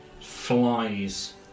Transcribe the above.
flies